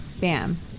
Bam